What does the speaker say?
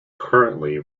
currently